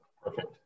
Perfect